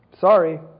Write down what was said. Sorry